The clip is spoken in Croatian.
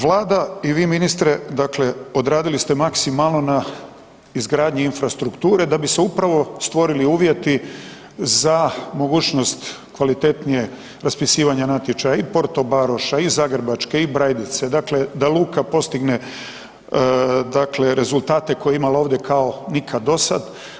Vlada i vi ministre, dakle, odradili ste maksimalno na izgradnji infrastrukture da bi se upravo stvorili uvjeti za mogućnost kvalitetnije raspisivanja natječaja i Porto Baroša i Zagrebačke i Brajdice, dakle, da luka postigne dakle rezultate koje je imala ovdje kao nikad dosad.